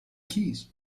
keys